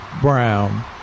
brown